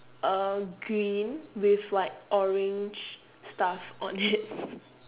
uh green with like orange stuff on it